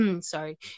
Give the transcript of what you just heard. sorry